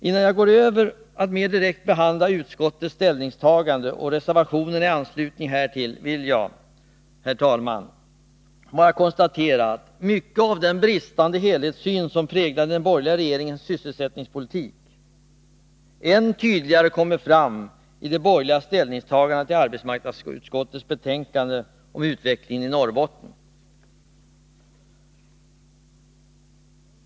Innan jag går över till att mer direkt behandla utskottets ställningstagande och reservationerna i anslutning härtill vill jag, herr talman, bara konstatera att mycket av den bristande helhetssyn som präglade den borgerliga regeringens sysselsättningspolitik än tydligare kommer fram i de borgerligas ställningstagande till arbetsmarknadsutskottets betänkande om utvecklingen i Norrbotten.